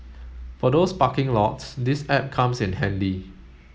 for those parking lots this app comes in handy